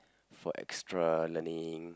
for extra learning